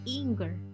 anger